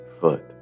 foot